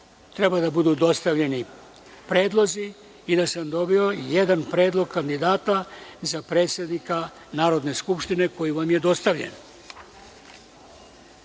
treba da budu dostavljeni predlozi i da sam dobio jedan predlog kandidata za predsednika Narodne skupštine. Predlog vam je dostavljen. Kao